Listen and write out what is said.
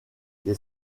les